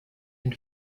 den